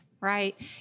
right